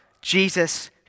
Jesus